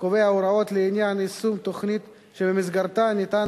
קובע הוראות לעניין יישום תוכנית שבמסגרתה ניתן